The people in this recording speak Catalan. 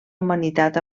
humanitat